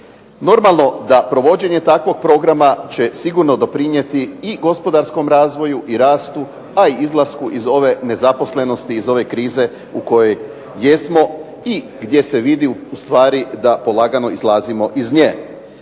Normalno da provođenje takvog programa će doprinijeti i gospodarskom razvoju i rastu a i izlasku iz ove nezaposlenosti, iz ove krize u kojoj jesmo i gdje se vidi ustvari da polagano izlazimo iz nje.